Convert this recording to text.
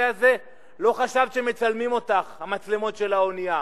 הזה לא חשבת שמצלמים אותך במצלמות של האנייה.